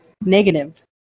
negative